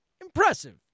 impressive